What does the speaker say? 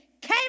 came